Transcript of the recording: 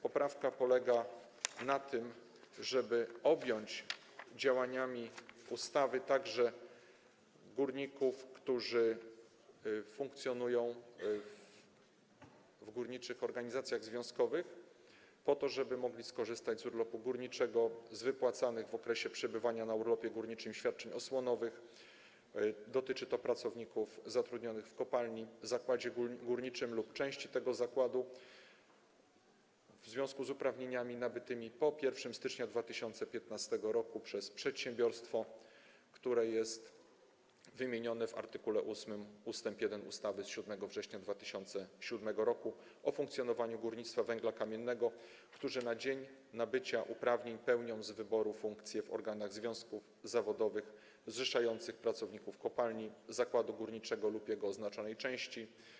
Poprawka polega na tym, żeby objąć działaniami ustawy także górników, którzy funkcjonują w górniczych organizacjach związkowych, po to żeby mogli skorzystać z urlopu górniczego, z wypłacanych w okresie przebywania na urlopie górniczym świadczeń osłonowych, dotyczy to pracowników zatrudnionych w kopalni, zakładzie górniczym lub części tego zakładu, w związku z uprawnieniami nabytymi po 1 stycznia 2015 r. przez przedsiębiorstwo, które jest wymienione w art. 8 ust. 1 ustawy z dnia 7 września 2007 r. o funkcjonowaniu górnictwa węgla kamiennego, którzy na dzień nabycia uprawnień pełnią z wyboru funkcję w organach związków zawodowych zrzeszających pracowników kopalni, zakładu górniczego lub jego oznaczonej części.